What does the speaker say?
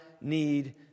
need